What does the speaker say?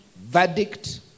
verdict